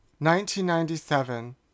1997